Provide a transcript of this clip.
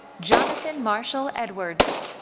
jonathan marshall edwards.